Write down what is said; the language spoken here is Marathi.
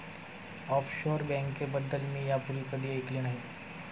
ऑफशोअर बँकेबद्दल मी यापूर्वी कधीही ऐकले नाही